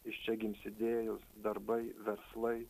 iš čia gims idėjos darbai verslai